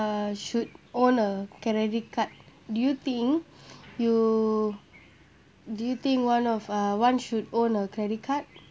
uh should own a credit card do you think you do you think one of uh one should own a credit card